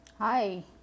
Hi